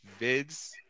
vids